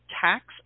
Tax